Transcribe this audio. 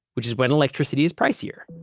which is when electricity is pricier.